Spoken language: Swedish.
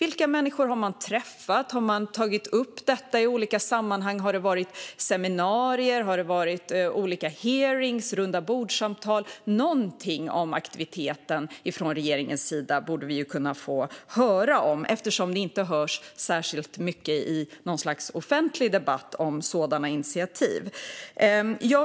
Vilka människor har man träffat? Har man tagit upp detta i olika sammanhang? Har det varit seminarier? Har det varit hearingar och rundabordssamtal? Någonting om aktiviteten från regeringens sida borde vi kunna få höra, eftersom det inte hörs särskilt mycket i något slags offentlig debatt om sådana initiativ.